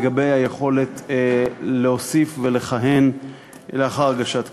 לגבי היכולת להוסיף ולכהן לאחר הגשת כתב-האישום.